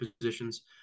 positions